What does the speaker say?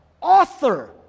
Author